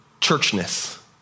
churchness